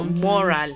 moral